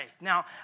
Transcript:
Now